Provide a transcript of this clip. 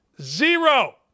Zero